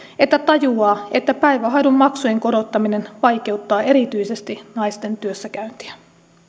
että tajuaa että päivähoidon maksujen korottaminen vaikeuttaa erityisesti naisten työssäkäyntiä